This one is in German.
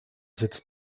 sitzt